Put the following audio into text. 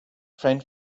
friend